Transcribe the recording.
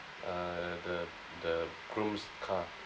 uh the the groom's car